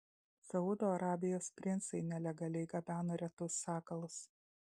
saudo arabijos princai nelegaliai gabeno retus sakalus